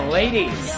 ladies